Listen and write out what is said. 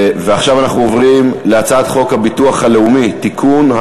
ועכשיו אנחנו עוברים להצעת חוק הביטוח הלאומי (תיקון,